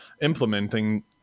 implementing